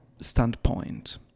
standpoint